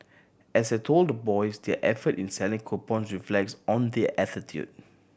as I told the boys their effort in selling coupon reflects on their attitude